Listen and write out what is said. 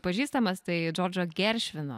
pažįstamas tai džordžo geršvino